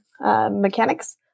Mechanics